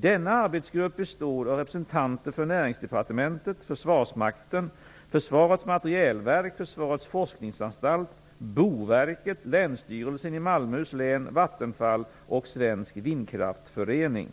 Denna arbetsgrupp består av representanter för Näringsdepartementet, Försvarsmakten, Försvarets materielverk, Försvarets forskningsanstalt, Boverket, Länsstyrelsen i Malmöhus län, Vattenfall och Svensk vindkraftförening.